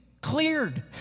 cleared